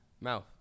Mouth